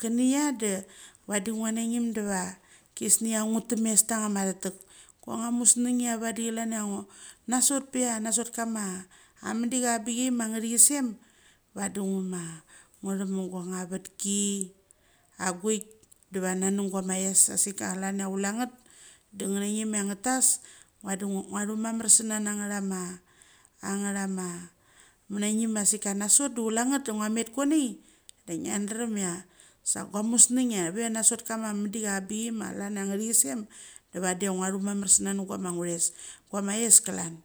cheniah de vadi ngua nangim de va chesniaj vadi ngu. Temesh tanga. Ta thetek. Guama musneng chia vadi che lang chia hasot pe chia nasot kama madik cha avapikcha ma ngethiksem, vadi ngu ma ngu chem me guavetki aguit diva na ni guama thoes asik cha chule nget de nge thi ngim chia nge tash, vadi ngue thumamar senah na angethama angethema menangim da sika nasot da ngua met chuanai, ngia darem chia sa gua museng chia ve nasot kama madik avangbicha ma chaln chai angethiksem da va de chia ngua chu mamarsana nge gua ma athoes klan.